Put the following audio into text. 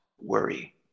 worry